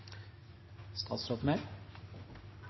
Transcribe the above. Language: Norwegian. statsråd